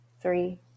three